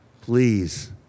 Please